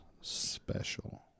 special